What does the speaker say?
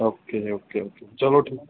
okay okay okay ਚਲੋ ਠੀਕ